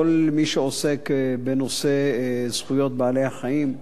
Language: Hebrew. כל מי שעוסק בנושאי זכויות בעלי-החיים,